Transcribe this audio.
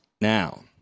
Now